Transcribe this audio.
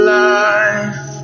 life